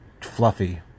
fluffy